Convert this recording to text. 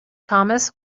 thomas